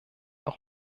auch